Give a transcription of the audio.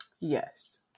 yes